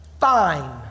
fine